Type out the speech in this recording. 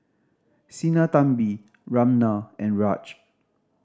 Sinnathamby Ramnath and Raj